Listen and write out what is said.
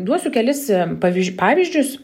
duosiu kelis pavyž pavyzdžius